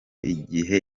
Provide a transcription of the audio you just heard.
igihe